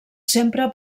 sempre